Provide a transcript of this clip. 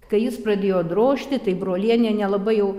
kai jis pradėjo drožti tai brolienė nelabai jau